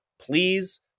please